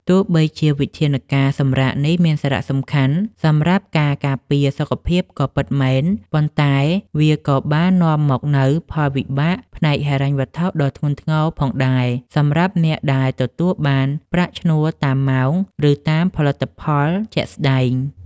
ទោះបីជាវិធានការសម្រាកនេះមានសារៈសំខាន់សម្រាប់ការការពារសុខភាពក៏ពិតមែន ប៉ុន្តែវាក៏បាននាំមកនូវផលវិបាកផ្នែកហិរញ្ញវត្ថុដ៏ធ្ងន់ធ្ងរផងដែរ សម្រាប់អ្នកដែលទទួលបានប្រាក់ឈ្នួលតាមម៉ោង ឬតាមផលិតផលជាក់ស្តែង។